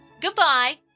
Goodbye